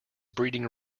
breeding